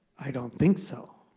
i don't think so.